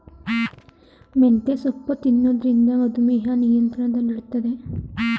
ಮೆಂತ್ಯೆ ಸೊಪ್ಪು ತಿನ್ನೊದ್ರಿಂದ ಮಧುಮೇಹ ನಿಯಂತ್ರಣದಲ್ಲಿಡ್ತದೆ